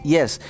Yes